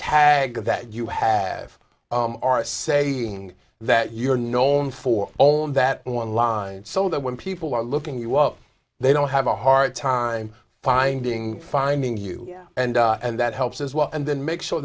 tag that you have are saving that you're known for all of that online so that when people are looking you up they don't have a hard time finding finding you and and that helps as well and then make sure